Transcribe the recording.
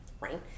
right